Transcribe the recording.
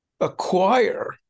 acquire